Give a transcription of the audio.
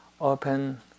open